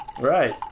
Right